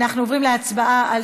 אנחנו עוברים להצבעה על